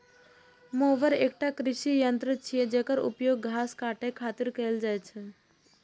mower एकटा कृषि यंत्र छियै, जेकर उपयोग घास काटै खातिर कैल जाइ छै